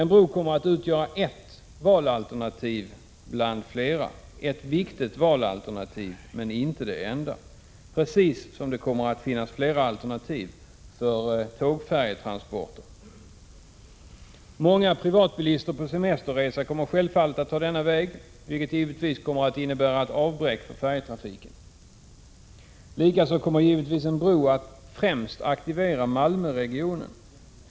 En bro kommer att utgöra ett valalternativ bland flera — ett viktigt valalternativ men inte det enda, precis som det kommer att finnas fler alternativ för tågfärjetransporter. Många privatbilister på semesterresa kommer självfallet att ta denna väg, vilket givetvis kommer att innebära ett avbräck för färjetrafiken. Likaså kommer givetvis en bro att främst aktivera Malmöregionen.